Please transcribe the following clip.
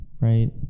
right